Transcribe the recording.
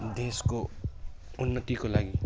देशको उन्नतिको लागि